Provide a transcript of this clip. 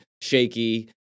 shaky